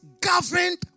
governed